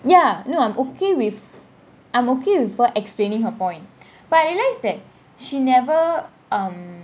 ya no I'm okay with I'm okay with her explaining her point but I realised that she never um